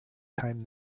time